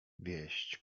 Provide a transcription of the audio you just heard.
wieść